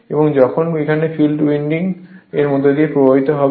এবং এখানে field winding এর মধ্য দিয়ে প্রবাহিত হবে